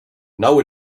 now